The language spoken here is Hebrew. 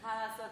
אני עסוקה.